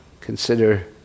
Consider